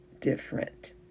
different